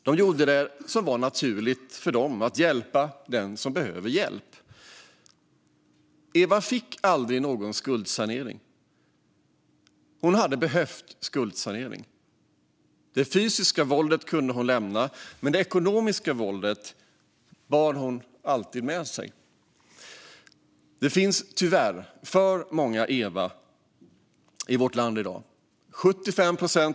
De gjorde det som var naturligt för dem, att hjälpa den som behöver hjälp. Eva fick aldrig någon skuldsanering, som hon hade behövt. Det fysiska våldet kunde hon lämna, men det ekonomiska våldet bar hon alltid med sig. Det finns tyvärr alltför många Eva i vårt land i dag.